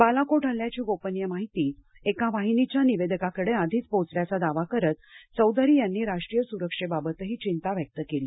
बालाकोट हल्ल्याची गोपनीय माहिती एका वाहिनीच्या निवेदकाकडं आधीच पोहोचल्याचा दावा करत चौधरी यांनी राष्ट्रीय सुरक्षेबाबतही चिंता व्यक्त केली